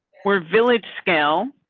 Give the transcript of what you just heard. were village scale.